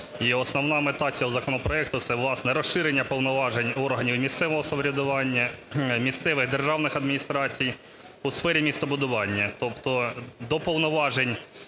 основна мета цього законопроекту – це, власне, розширення повноважень органів місцевого самоврядування, місцевих державних адміністрацій у сфері містобудування. Тобто до повноважень